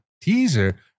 teaser